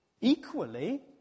Equally